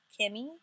Kimmy